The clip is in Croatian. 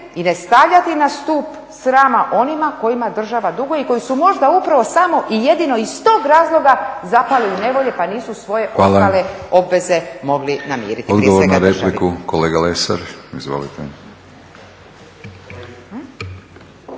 i ne stavljati na stup srama onima kojima država duguje i koji su možda upravo samo i jedino iz tog razloga zapali u nevolje pa nisu svoje ostale obveze mogli namiriti,